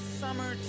summer